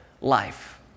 life